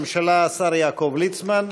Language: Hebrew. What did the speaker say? ישיב בשם ראש הממשלה השר יעקב ליצמן.